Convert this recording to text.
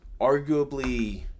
arguably –